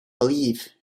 believe